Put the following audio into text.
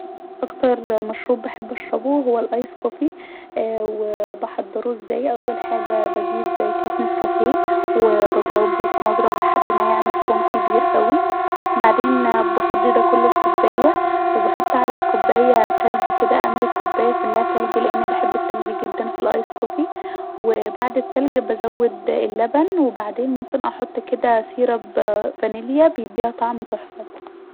اكتر مشورب بحب اشربه ااا هو الايس كوفي اااا و بحضر ازاي اول حاجه بجيب كيس نسكافيه وبضربه في مضرب لحد ما يعمل فوم كبير اوي بعدين بفضي ده كله في كوبايه وبحط علي الكوبايه تلج كدا بملي الكوبايه تلج لاني بحب التلج جدا في الايس كوفي وبعد التلج بزود اللبن وبعدين ممكن احط كدا سيروم ڤانيليا بيديها طعم تحفه